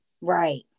right